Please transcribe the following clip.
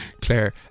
Claire